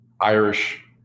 Irish